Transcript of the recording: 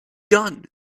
done